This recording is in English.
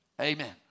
Amen